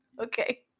Okay